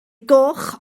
goch